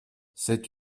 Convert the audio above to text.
c’est